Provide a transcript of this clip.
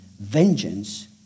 vengeance